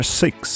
six